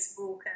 Facebook